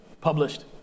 published